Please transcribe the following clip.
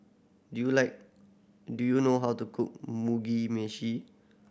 do you like do you know how to cook Mugi Meshi